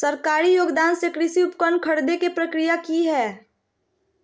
सरकारी योगदान से कृषि उपकरण खरीदे के प्रक्रिया की हय?